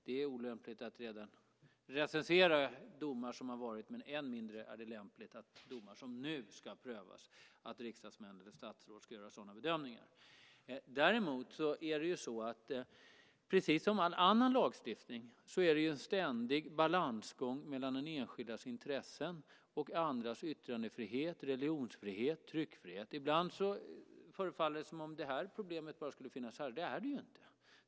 Det är olämpligt att recensera domar som har varit, och det är än mindre lämpligt att riksdagsmän eller statsråd ska göra bedömningar när det gäller domar som ska prövas. Precis som i all annan lagstiftning är det en ständig balansgång mellan den enskildes intressen och andras yttrandefrihet, religionsfrihet, tryckfrihet. Ibland förefaller det som om det här problem bara skulle finnas här. Så är det ju inte.